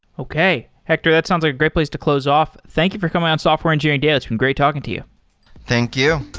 okay. hector, that sounds like a great place to close off. thank you for coming on software engineering daily. it's been great talking to you thank you.